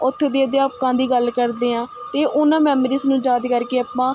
ਉੱਥੋਂ ਦੇ ਅਧਿਆਪਕਾਂ ਦੀ ਗੱਲ ਕਰਦੇ ਹਾਂ ਤਾਂ ਉਹਨਾਂ ਮੈਮਰੀਜ਼ ਨੂੰ ਯਾਦ ਕਰਕੇ ਆਪਾਂ